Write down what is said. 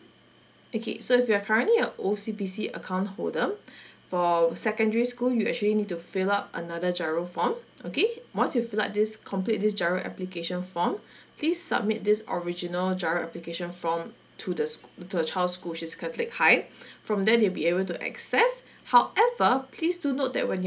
okay so if you're currently a O_C_B_C account holder for secondary school you actually need to fill out another GIRO form okay once you fill out this complete this GIRO application form please submit this original GIRO application form to the to the child's school which is catholic high from there they'll be able to access however please do note that when you